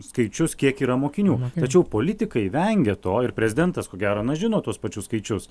skaičius kiek yra mokinių tačiau politikai vengia to ir prezidentas ko gero na žino tuos pačius skaičius